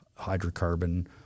hydrocarbon